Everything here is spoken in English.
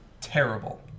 Terrible